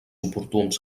oportuns